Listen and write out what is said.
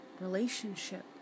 relationship